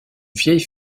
vieille